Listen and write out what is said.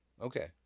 okay